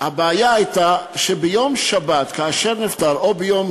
הבעיה הייתה שביום שבת או ביום-טוב,